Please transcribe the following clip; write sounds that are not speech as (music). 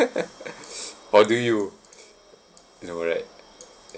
(laughs) or do you no right